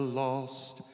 lost